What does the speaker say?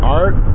art